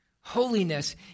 Holiness